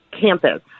campus